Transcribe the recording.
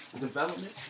development